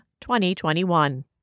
2021